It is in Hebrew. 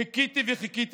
חיכיתי וחיכיתי